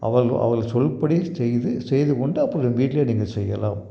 அவள் அவள் சொல்படி செய்து செய்துகொண்டு அப்புறோம் வீட்டில் நீங்கள் செய்யலாம்